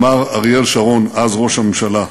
אמר אריאל שרון, אז ראש הממשלה: